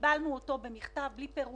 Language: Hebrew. שקיבלנו במכתב בלי פירוט,